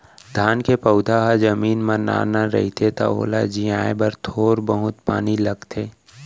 धान के पउधा ह जमीन म नान नान रहिथे त ओला जियाए बर थोर बहुत पानी लगथे